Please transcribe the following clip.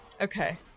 Okay